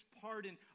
pardon